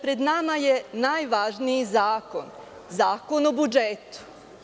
Pred nama je najvažniji zakon, Zakon o budžetu.